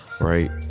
Right